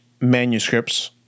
manuscripts